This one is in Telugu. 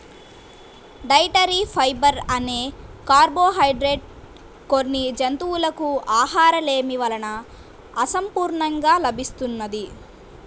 డైటరీ ఫైబర్ అనే కార్బోహైడ్రేట్ కొన్ని జంతువులకు ఆహారలేమి వలన అసంపూర్ణంగా లభిస్తున్నది